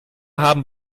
haben